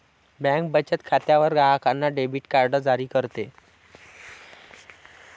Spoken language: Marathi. बँक बचत खात्यावर ग्राहकांना डेबिट कार्ड जारी करते